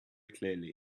clearly